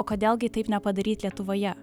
o kodėl gi taip nepadaryt lietuvoje